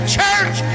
church